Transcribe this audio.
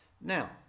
Now